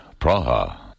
Praha